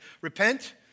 repent